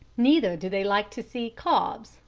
neither do they like to see cobs,